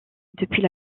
depuis